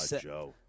Joe